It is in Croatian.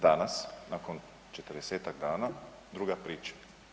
Danas nakon 40-tak dana druga priča.